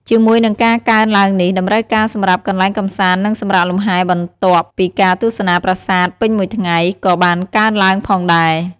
ជាមួយនឹងការកើនឡើងនេះ តម្រូវការសម្រាប់កន្លែងកម្សាន្ត និងសម្រាកលំហែបន្ទាប់ពីការទស្សនាប្រាសាទពេញមួយថ្ងៃ ក៏បានកើនឡើងផងដែរ។